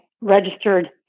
registered